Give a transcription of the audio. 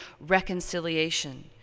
reconciliation